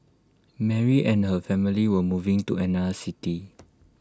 Mary and her family were moving to another city